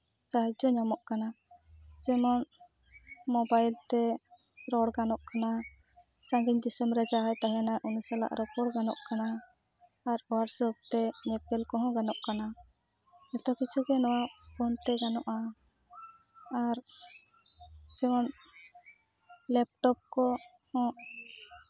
ᱥᱟᱦᱟᱡᱡᱚ ᱧᱟᱢᱚᱜ ᱠᱟᱱᱟ ᱡᱮᱢᱚᱱ ᱢᱳᱵᱟᱭᱤᱞ ᱛᱮ ᱨᱚᱲ ᱜᱟᱱᱚᱜ ᱠᱟᱱᱟ ᱥᱟᱺᱜᱤᱧ ᱫᱤᱥᱚᱢ ᱨᱮ ᱡᱟᱦᱟᱸᱭ ᱛᱟᱦᱮᱱᱟ ᱩᱱᱤ ᱥᱟᱞᱟᱜ ᱨᱚᱯᱚᱲ ᱜᱟᱱᱚᱜ ᱠᱟᱱᱟ ᱟᱨ ᱦᱚᱲ ᱥᱚᱵᱛᱮ ᱧᱮᱯᱮᱞ ᱠᱚᱦᱚᱸ ᱜᱟᱱᱚᱜ ᱠᱟᱱᱟ ᱡᱚᱛᱚ ᱠᱤᱪᱷᱩ ᱜᱮ ᱱᱚᱣᱟ ᱯᱷᱳᱱ ᱛᱮ ᱜᱟᱱᱚᱜᱼᱟ ᱟᱨ ᱡᱮᱢᱚᱱ ᱞᱮᱯᱴᱚᱯ ᱠᱚᱦᱚᱸ